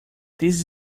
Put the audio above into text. this